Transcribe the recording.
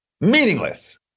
meaningless